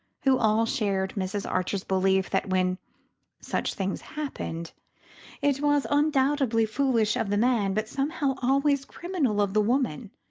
who all shared mrs. archer's belief that when such things happened it was undoubtedly foolish of the man, but somehow always criminal of the woman.